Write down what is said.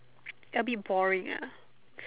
ya a bit boring uh